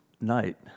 night